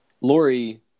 Lori